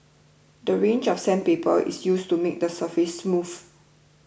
the range of sandpaper is used to make the surface smooth